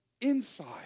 inside